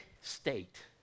state